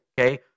okay